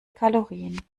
kalorien